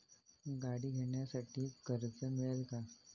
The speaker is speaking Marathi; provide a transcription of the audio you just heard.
गाडी घेण्यासाठी कर्ज मिळेल का?